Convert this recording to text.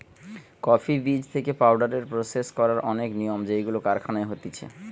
coffee বীজ থেকে powder process করার অনেক নিয়ম যেইগুলো কারখানায় হতিছে